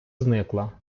зникла